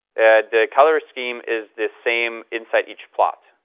the color scheme is the same inside each plot,